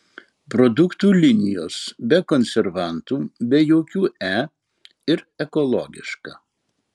produktų linijos be konservantų be jokių e ir ekologiška